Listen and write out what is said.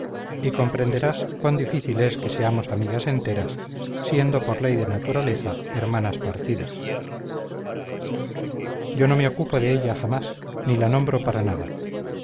y comprenderás cuán difícil es que seamos amigas enteras siendo por ley de naturaleza hermanas partidas yo no me ocupo de ella jamás ni la nombro para nada